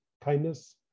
kindness